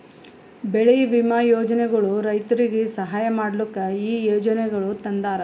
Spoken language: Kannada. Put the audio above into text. ಬೆಳಿ ವಿಮಾ ಯೋಜನೆಗೊಳ್ ರೈತುರಿಗ್ ಸಹಾಯ ಮಾಡ್ಲುಕ್ ಈ ಯೋಜನೆಗೊಳ್ ತಂದಾರ್